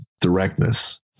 directness